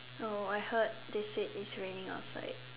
no I heard they said it's raining outside